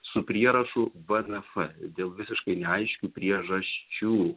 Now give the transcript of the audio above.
su prierašu vnf dėl visiškai neaiškių priežasčių